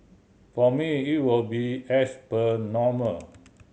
for me it will be as per normal